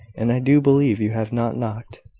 and i do believe you have not knocked.